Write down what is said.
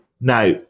Now